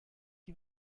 die